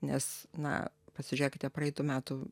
nes na pasižiūrėkite praeitų metų